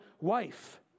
wife